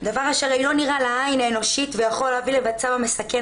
דבר שלא נראה לעין אנושית ויכול להביא למצב המסכן